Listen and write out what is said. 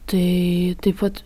tai taip vat